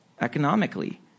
economically